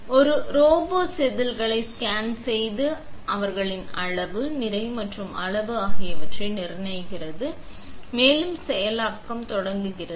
ஒரு ரோபோ செதில்களை ஸ்கேன் செய்து அவர்களின் அளவு நிலை மற்றும் அளவு ஆகியவற்றை நிர்ணயிக்கிறது மேலும் செயலாக்கம் தொடங்குகிறது